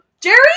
Jerry